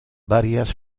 varias